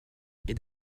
est